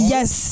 Yes